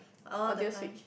all the time